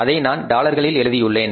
அதை நான் டாலர்களில் எழுதியுள்ளேன்